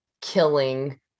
killing